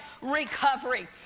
recovery